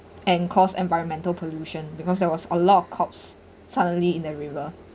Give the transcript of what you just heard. and cause environmental pollution because there was a lot of corpse suddenly in the river